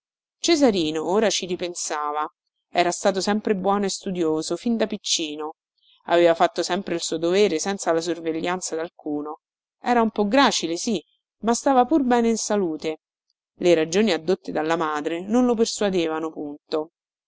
cesarino ora ci ripensava era stato sempre buono e studioso fin da piccino aveva fatto sempre il suo dovere senza la sorveglianza dalcuno era un po gracile sì ma stava pur bene in salute le ragioni addotte dalla madre non lo persuadevano punto